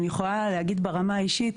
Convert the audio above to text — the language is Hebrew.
אני יכולה להגיד ברמה האישית,